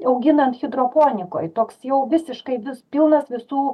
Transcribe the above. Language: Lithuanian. auginant hidroponikoj toks jau visiškai vis pilnas visų